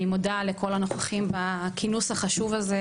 אני מודה לכל הנוכחים בכינוס החשוב הזה,